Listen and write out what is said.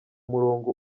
murongo